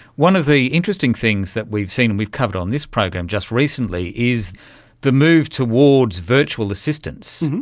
one of the interesting things that we've seen and we've covered on this program just recently is the move towards virtual assistants.